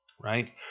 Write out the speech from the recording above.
right